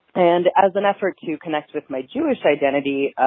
and as an effort to connect with my jewish identity,